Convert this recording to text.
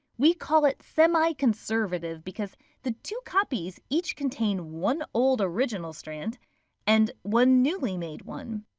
we call it semi-conservative because the two copies each contain one old original strand and one newly made one.